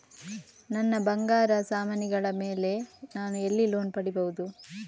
ನನ್ನ ಬಂಗಾರ ಸಾಮಾನಿಗಳ ಮೇಲೆ ನಾನು ಎಲ್ಲಿ ಲೋನ್ ಪಡಿಬಹುದು?